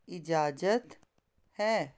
ਇਜ਼ਾਜਤ ਹੈ